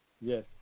yes